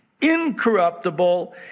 incorruptible